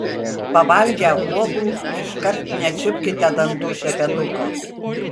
pavalgę uogų iškart nečiupkite dantų šepetuko